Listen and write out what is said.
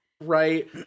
Right